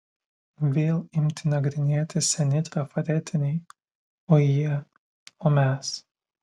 vėl imti nagrinėti seni trafaretiniai o jie o mes